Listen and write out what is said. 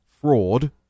Fraud